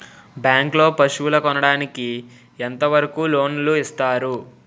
Bank లో పశువుల కొనడానికి ఎంత వరకు లోన్ లు ఇస్తారు?